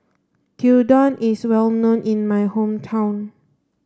Gyudon is well known in my hometown